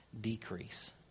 decrease